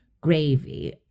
gravy